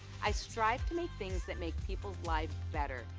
i strive to make things that make people's lives better.